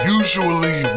usually